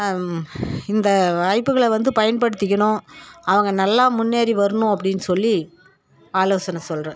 இந்த வாய்ப்புகளை வந்து பயன்படுத்திக்கணும் அவங்க நல்லா முன்னேறி வரணும் அப்படின்னு சொல்லி ஆலோசனை சொல்கிறேன்